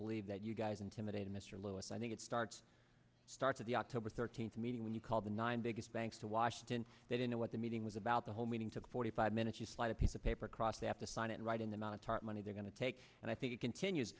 believe that you guys intimidate mr lewis i think it starts starts at the october thirteenth meeting when you called the nine biggest banks to washington that in a what the meeting was about the whole meeting took forty five minutes you slide a piece of paper across they have to sign it right in the amount of tarp money they're going to take and i think it continues